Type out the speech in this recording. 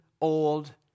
old